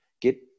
get